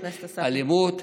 אלימות,